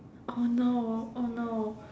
oh no oh no